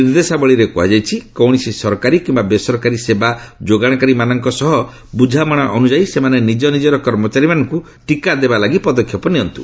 ନିର୍ଦ୍ଦେଶାବଳୀରେ କୁହାଯାଇଛି କୌଣସି ସରକାରୀ କିମ୍ବା ବେସରକାରୀ ସେବା ଯୋଗାଣକାରୀମାନଙ୍କ ସହ ବୁଝାମଣା ଅନୁଯାୟୀ ସେମାନେ ନିଜ ନିଜର କର୍ମଚାରୀମାନଙ୍କୁ ଟିକା ଦେବା ଲାଗି ପଦକ୍ଷେପ ନିଅନ୍ତୁ